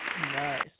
Nice